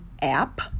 app